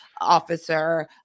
officer